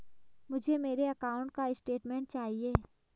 मुझे मेरे अकाउंट का स्टेटमेंट चाहिए?